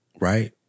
Right